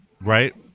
Right